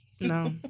No